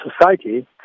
Society